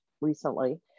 recently